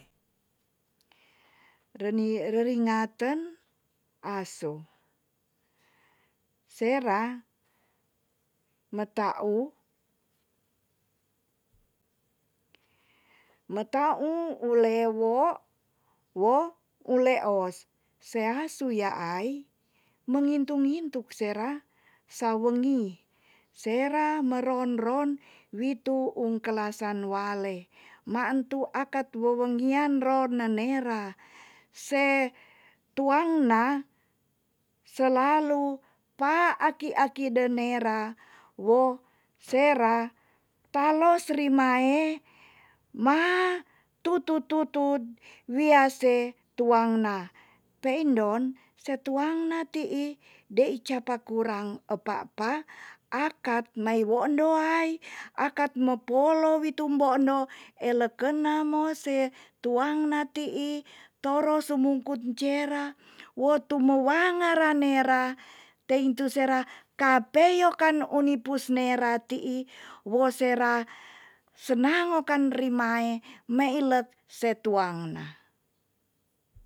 Reni- reringaten asu. sera meta u- meta u ulewo wo u leos. se asu yaai, mengintuk ngintuk sera sawengi. sera meron ron witu unkelasan wale. maan tu akat wewengian ro nenera. se tuang na selalu pa aki aki de nera. wo sera talos rimae, ma tutut tutut wia se tuang na. peindon se tuang na ti'i dei capa kurang epa pa, akat maiwo endoai, akat mopolo witu emboono, elekena mose tuang na ti'i toro sumungkut cera wo tu mewanga ranera teintu sera kapeyokan uni pus nera ti'i. wo sera senango kan rimae meilek se tuang na.